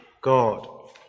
God